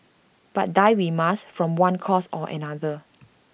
but die we must from one cause or another